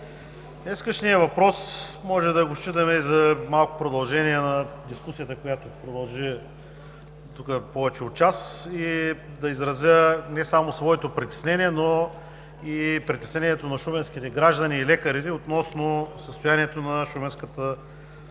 Днешният въпрос може да го считаме за малко продължение на дискусията, която продължи тук повече от час, и да изразя не само своето притеснение, но и притеснението на шуменските граждани и лекарите относно състоянието на шуменската областна